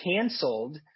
canceled